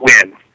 win